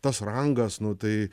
tas rangas nu tai